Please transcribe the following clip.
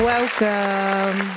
Welcome